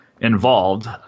involved